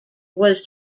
was